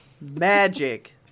magic